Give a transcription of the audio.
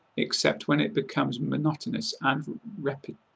except when it becomes monotonous and repetitious,